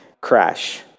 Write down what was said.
crash